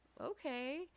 okay